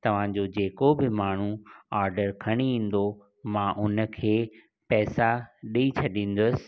तव्हांजो जेको बि माण्हू ऑडर खणी ईंदो मां हुनखे पैसा ॾेई छॾींदुसि